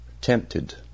tempted